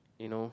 you know